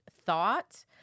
thought